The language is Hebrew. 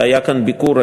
והיה כאן ביקור.